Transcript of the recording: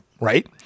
right